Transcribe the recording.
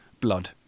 Blood